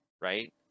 right